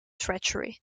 treachery